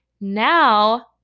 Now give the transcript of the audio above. now